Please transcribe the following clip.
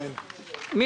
אז